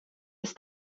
ist